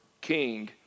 King